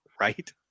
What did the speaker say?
right